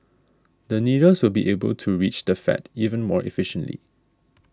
the needles will be able to reach the fat even more efficiently